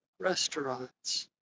restaurants